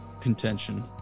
contention